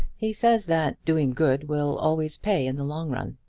he says that doing good will always pay in the long run.